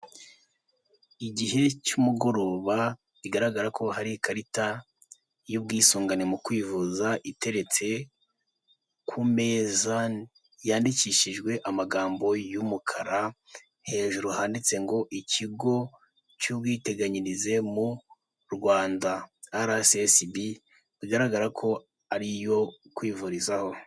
Igihe cy'umugoroba, bigaragara ko hari ikarita y'ubwisungane mu kwivuza iteretse ku meza, yandikishijwe amagambo y'umukara, hejuru handitse ngo ikigo cy'ubwiteganyirize mu Rwanda, araesiyesibi, bigaragara ko ari iyo kwivurizaho.